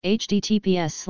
https